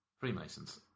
Freemasons